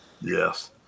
Yes